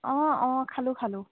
অঁ অঁ খালোঁ খালোঁ